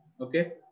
Okay